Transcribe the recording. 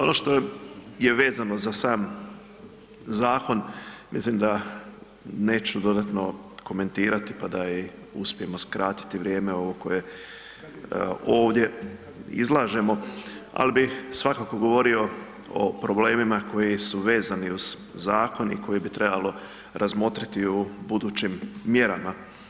Ono što je vezano za sam zakon mislim da neću dodatno komentirati pa da i uspijemo skratiti vrijeme ovo koje ovdje izlažemo, ali bi svakako govorio o problemima koji su vezani uz zakon i koje bi trebalo razmotriti u budućim mjerama.